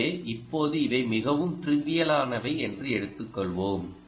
எனவே இப்போது இவை மிகவும் ட்ரிவியலானவை என்று எடுத்துக் கொள்வோம்